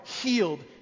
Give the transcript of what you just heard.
healed